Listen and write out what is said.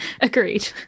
agreed